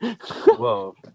Whoa